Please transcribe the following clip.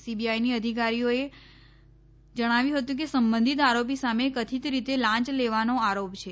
સીબીઆઈના અધિકારીઓએ ણાવ્યું હતું કે સંબંધીત આરો ી સામે કથીત રીતે લાંચ લેવાનો આરો છે